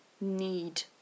need